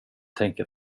tänker